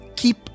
Keep